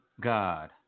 God